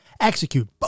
Execute